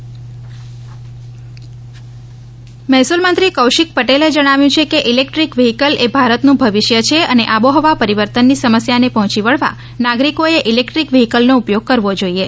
ઇ vehicle મહેસુલ મંત્રી કૌશિક પટેલે જણાવ્યુ છે કે ઇલેકટ્રીક વ્હીકલ એ ભારતનુ ભવિષ્ય છે અને આબોહવા પરિવર્તનની સમસ્યાને પહોંચી વળવા નાગરિકોએ ઇલેકટ્રીક વ્હીકલનો ઉપયોગ કરવો જોઇએ